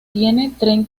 treinta